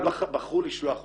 בחרו לשלוח אותך,